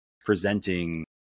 presenting